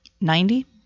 Ninety